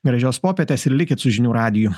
gražios popietės ir likit su žinių radiju